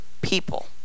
people